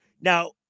Now